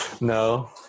No